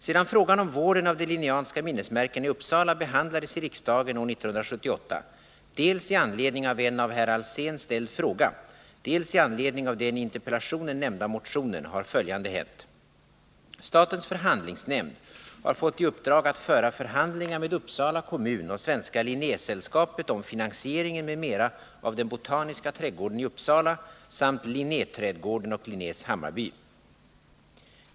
Sedan frågan om vården av de Linnéanska minnesmärkena i Uppsala behandlades i riksdagen år 1978 — dels i anledning av en av herr Alsén ställd fråga, dels i anledning av den i interpellationen nämnda motionen — har följande hänt. Statens förhandlingsnämnd har fått i uppdrag att föra förhandlingar med Uppsala kommun och Svenska Linnésällskapet om finansieringen m.m. av den botaniska trädgården i Uppsala samt Linnéträdgården och Linnés Hammarby.